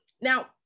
Now